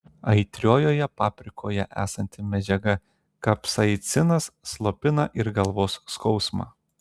aitriojoje paprikoje esanti medžiaga kapsaicinas slopina ir galvos skausmą